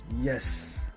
yes